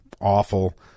awful